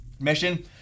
mission